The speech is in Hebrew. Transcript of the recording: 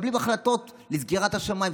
מקבלים החלטות לסגירת השמיים,